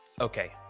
Okay